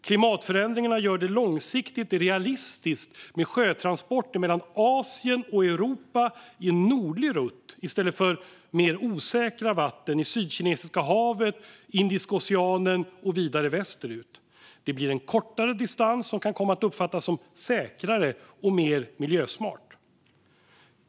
Klimatförändringarna gör det långsiktigt realistiskt med sjötransporter mellan Asien och Europa i en nordlig rutt i stället för över mer osäkra vatten i Sydkinesiska havet, Indiska oceanen och vidare västerut. Det blir en kortare distans, som kan komma att uppfattas som säkrare och mer miljösmart.